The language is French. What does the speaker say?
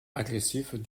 agressifs